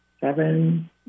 seven